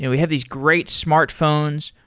and we have these great smartphones.